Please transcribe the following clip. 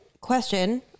question